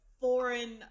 foreign